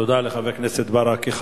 תודה לחבר הכנסת ברכה.